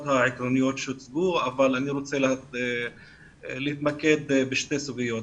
העקרוניות שהוצגו אבל אני רוצה להתמקד בשתי סוגיות.